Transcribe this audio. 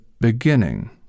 beginning